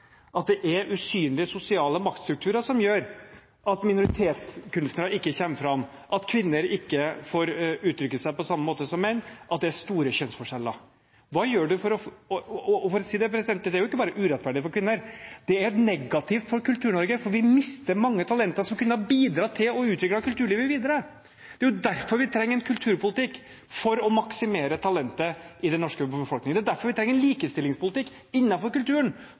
at det er usynlige sosiale maktstrukturer som gjør at minoritetskunstnere ikke kommer fram, at kvinner ikke får uttrykke seg på samme måte som menn, at det er store kjønnsforskjeller. Og, for å si det, det er jo ikke bare urettferdig for kvinner, det er negativt for Kultur-Norge, for vi mister mange talenter som kunne ha bidratt til å utvikle kulturlivet videre. Det er jo derfor vi trenger en kulturpolitikk, for å maksimere talentet i den norske befolkningen. Det er derfor vi trenger en likestillingspolitikk innenfor kulturen